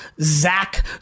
Zach